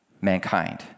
mankind